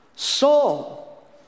Saul